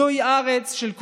/ זוהי הארץ של כולנו.